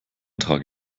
trage